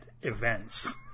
events